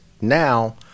now –